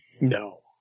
No